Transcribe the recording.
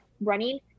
running